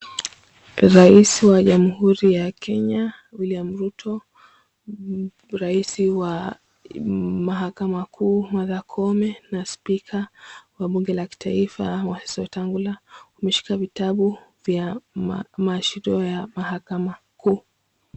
Rais wa jamhuri ya Kenya William Ruto, rais wa mahakama kuu Martha Koome na spika wa bunge la kitaifa Moses Wetangula wameshika vitabu vya maashirio ya mahakama kuu.